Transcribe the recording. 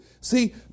See